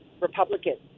Republicans